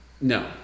no